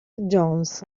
jones